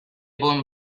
bon